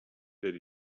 that